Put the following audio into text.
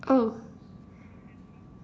oh